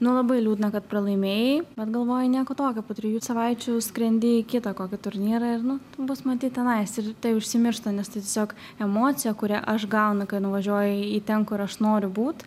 nu labai liūdna kad pralaimėjai bet galvoju nieko tokio po trijų savaičių skrendi į kitą kokį turnyrą ir nu bus matyt tenais ir tai užsimiršta nes t tiesiog emocija kurią aš gaunu kai nuvažiuoju į ten kur aš noriu būt